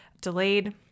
delayed